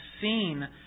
seen